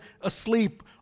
asleep